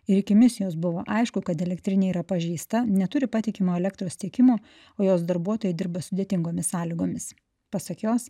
ir iki misijos buvo aišku kad elektrinė yra pažeista neturi patikimo elektros tiekimo o jos darbuotojai dirba sudėtingomis sąlygomis pasak jos